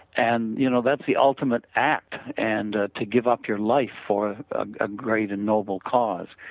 and you know that's the ultimate act and ah to give up your life for ah great and noble cause.